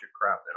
crap